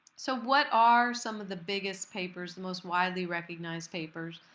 so what are some of the biggest papers, the most widely recognized papers?